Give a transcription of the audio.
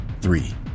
Three